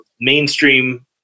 mainstream